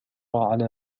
على